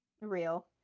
Real